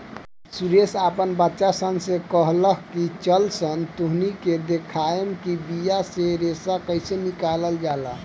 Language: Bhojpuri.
सुरेंद्र आपन बच्चा सन से कहलख की चलऽसन तोहनी के देखाएम कि बिया से रेशा कइसे निकलाल जाला